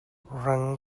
rang